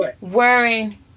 wearing